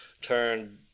turn